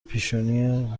پیشونی